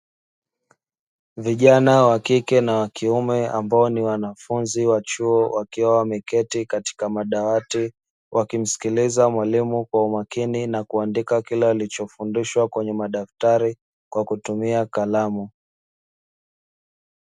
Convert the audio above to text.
Vijana wa kike na wa kiume ambao ni wanafunzi wa chuo wakiwa wameketi katika madawati, wakimsikiliza mwalimu kwa umakini na kuandika kile walichofundishwa kwenye madaftari kwa kutumia kalamu.